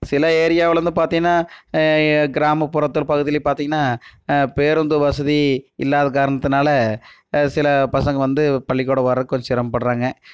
சில ஏரியாவில் வந்து பார்த்தீன்னா கிராமப்புரத்தில் பகுதியிலையும் பார்த்தீங்கன்னா பேருந்து வசதி இல்லாத காரணத்தினால சில பசங்கள் வந்து பள்ளிக்கூடம் வரதுக்கு கொஞ்சம் சிரமப்படறாங்க